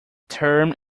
term